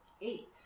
eight